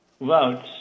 Votes